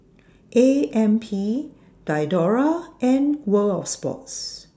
A M P Diadora and World of Sports